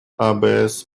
абс